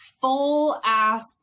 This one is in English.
full-ass